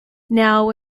now